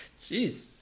Jeez